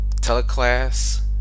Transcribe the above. teleclass